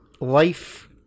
life